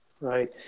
right